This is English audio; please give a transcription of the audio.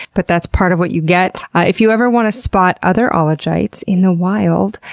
but that's part of what you get. if you ever want to spot other ologites in the wild,